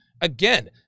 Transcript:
Again